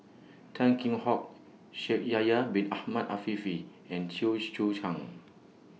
Tan Kheam Hock Shaikh Yahya Bin Ahmed Afifi and Chew Choo Chan